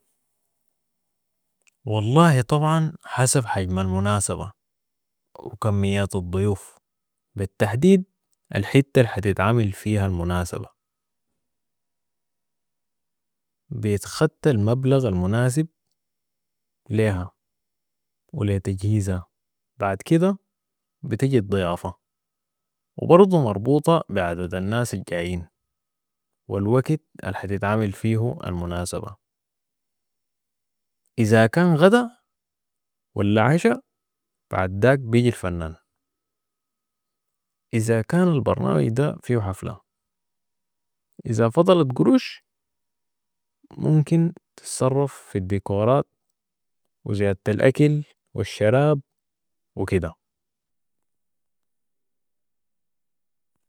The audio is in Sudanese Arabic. والله طبعا حسب حجم المناسبه ، وكميات الضيوف ، بالتحديد الحته الحتتعمل فيها المناسبه ، بيتخت المبلغ المناسب ليها ولتجهيزها بعد كده بتجي الضيافه وبرضها مربوطه بعدد الناس الجايين والوكت الحتتعمل فية المناسبه ، اذا كان غدا ولا عشا بعداك بيجي الفنان. اذا كان البرنامج ده فيه حفله اذا فضلت قروش ممكن تتصرف في الديكورات وزياده الاكل والشراب وكده